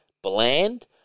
Bland